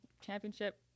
championship